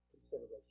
consideration